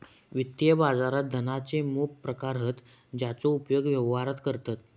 वित्तीय बाजारात धनाचे मोप प्रकार हत जेचो उपयोग व्यवहारात करतत